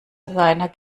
seiner